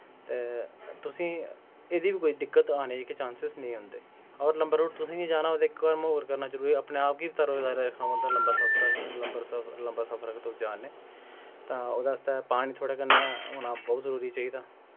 ते तुसें एह्दी बी कोई दिक्कत आने जेह्के चांसिस नेईं औंदे और लम्बै रूट तुसेंगी जाना होग ते इक कम्म होर करना जरूरी अपनै आप गी बी तरोमतर रक्खना पौंदा लम्बै सफर अगर तुस जा ने तां ओह्दै आस्तै पानी थुआढ़े कन्नै होना बहुत जरूरी चाहिदा